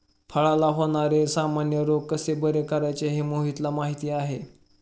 फळांला होणारे सामान्य रोग कसे बरे करायचे हे मोहितला माहीती आहे